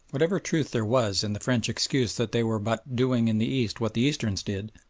whatever truth there was in the french excuse that they were but doing in the east what the easterns did,